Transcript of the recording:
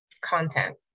content